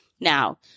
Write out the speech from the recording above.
Now